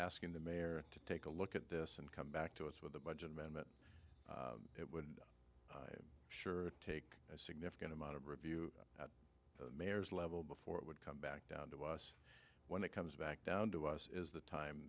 asking the mayor to take a look at this and come back to us with the budget amendment it would sure take a significant amount of review at the mayor's level before it would come back down to us when it comes back down to us is the time